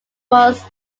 was